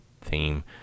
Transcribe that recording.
theme